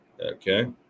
Okay